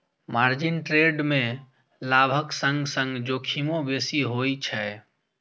margin trade मे लाभक संग संग जोखिमो बेसी होइ छै